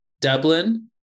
Dublin